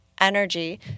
energy